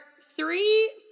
three